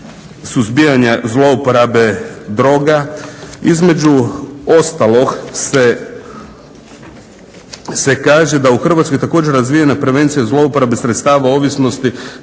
suzbijanja zlouporabe droga, između ostalog se kaže: "Da u Hrvatskoj također razvijena prevencija zlouporabe sredstava ovisnosti